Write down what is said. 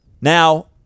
Now